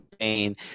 pain